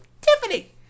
Tiffany